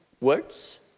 words